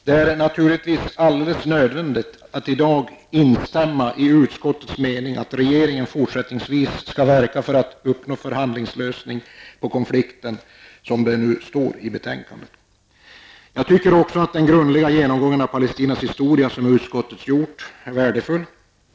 Det är naturligtvis alldeles nödvändigt att i dag instämma i utskottets mening att regeringen fortsättningsvis skall verka för att uppnå en förhandlingslösning på konflikten, som det står skrivet i betänkandet. Den grundliga genomgång av Palestinas historia som utskottet har gjort är enligt min uppfattning också värdefull.